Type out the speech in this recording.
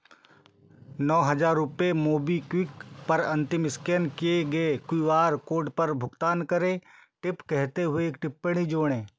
नौ हज़ार रुपये मोबीक्विक पर अंतिम इस्कैन किए गए क्यू आर कोड पर भुगतान करें टिप कहते हुए एक टिप्पणी जोड़ें